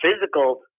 physical